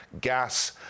gas